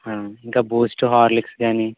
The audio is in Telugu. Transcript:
ఇంకా బూస్ట్ హార్లిక్స్ కానీ